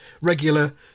regular